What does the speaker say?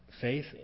Faith